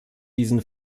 diesen